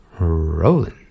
rolling